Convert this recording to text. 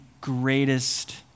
greatest